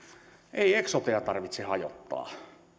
ei eksotea tarvitse hajottaa